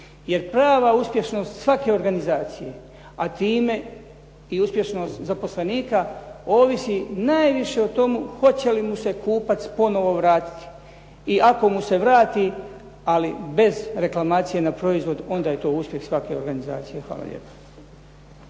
jer prava uspješnost svake organizacije, a time i uspješnost zaposlenika ovisi najviše o tomu hoće li mu se kupac ponovo vratiti i ako mu se vrati, ali bez reklamacije na proizvodu, onda je to uspjeh svake organizacije. Hvala lijepo.